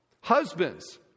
Husbands